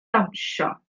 dawnsio